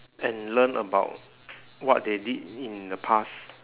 and learn about what they did in the past